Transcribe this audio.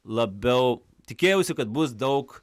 labiau tikėjausi kad bus daug